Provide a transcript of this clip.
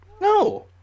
No